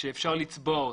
שאפשר לצבוע אותו.